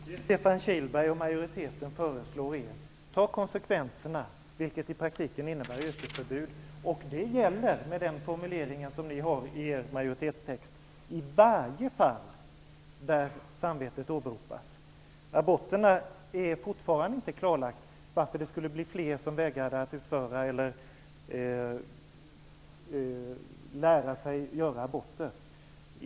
Herr talman! Nu föreslår Stefan Kihlberg och majoriteten att man skall ta konsekvenserna, vilket i praktiken innebär yrkesförbud. I och med formuleringen i majoritetstexten gäller detta i varje fall där samvetet åberopas. Det är fortfarande inte klarlagt varför det skulle bli fler som vägrade att utföra eller lära sig att utföra aborter.